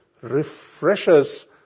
refreshes